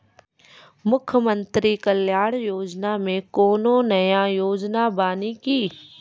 मुख्यमंत्री कल्याण योजना मे कोनो नया योजना बानी की?